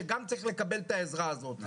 שגם צריך לקבל את העזרה הזאת.